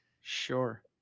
Sure